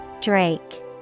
Drake